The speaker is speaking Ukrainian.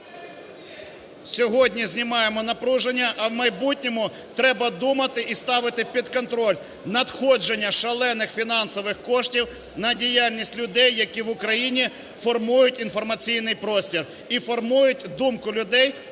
Сьогодні знімаємо напруження, а в майбутньому треба думати і ставити під контроль надходження шалених фінансових коштів на діяльність людей, які в Україні формують інформаційний простір і формують думку людей